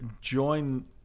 join